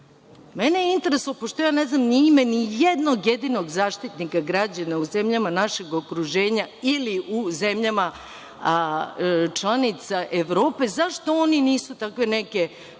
Mene je interesovalo, pošto ja ne znam ime ni jednog jedinog zaštitnika građana u zemljama našeg okruženja ili u zemljama članica EU, zašto oni nisu takve neke